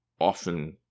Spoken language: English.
often